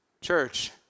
Church